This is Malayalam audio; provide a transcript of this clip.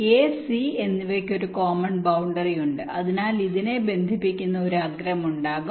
A C എന്നിവയ്ക്ക് ഒരു കോമൺ ബൌണ്ടറി ഉണ്ട് അതിനാൽ ഇതിനെ ബന്ധിപ്പിക്കുന്ന ഒരു അഗ്രം ഉണ്ടാകും